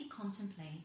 contemplate